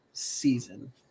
season